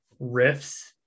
riffs